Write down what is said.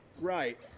Right